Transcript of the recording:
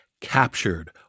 captured